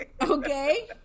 Okay